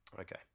Okay